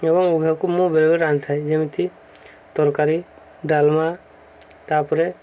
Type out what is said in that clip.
ଏବଂ ଉଭୟକୁ ମୁଁ ବେଳେବେଳେ ରାନ୍ଧିଥାଏ ଯେମିତି ତରକାରୀ ଡାଲମା ତାପରେ